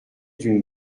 d’une